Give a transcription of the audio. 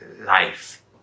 life